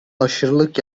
aşırılık